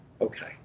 Okay